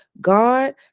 God